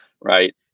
right